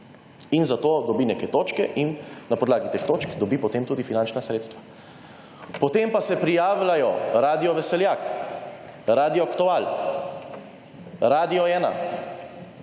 Za to dobi neke točke in na podlagi teh točk dobi potem tudi finančna sredstva. Potem pa se prijavljajo Radio Veseljak, Radio Aktual, Radio 1,